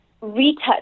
retouch